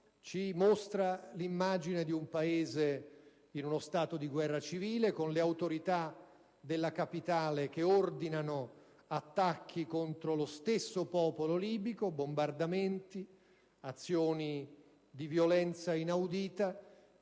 ci mostra l'immagine di un Paese in uno stato di guerra civile, con le autorità della capitale che ordinano attacchi contro lo stesso popolo libico, bombardamenti e azioni di violenza inaudita.